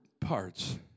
parts